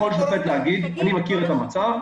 יכול השופט להגיד: אני מכיר את המצב,